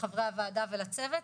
לחברי הוועדה ולצוות,